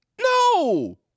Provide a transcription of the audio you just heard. No